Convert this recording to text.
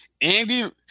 Andy